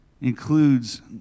includes